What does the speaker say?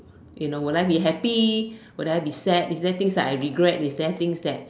you know will I be happy will I be sad is there things that I regret is there things that